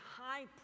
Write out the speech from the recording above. high